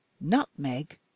nutmeg